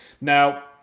now